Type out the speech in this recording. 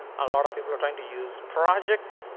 a lot of people are trying to use project.